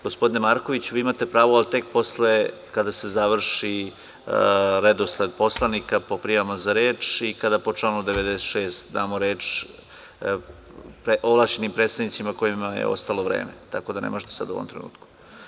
Gospodine Markoviću, vi imate pravo, ali tek kada se završi redosled poslanika po prijavama za reč i kada po članu 96. damo reč ovlašćenim predstavnicima kojima je ostalo vreme, tako da ne možete sada u ovom trenutku.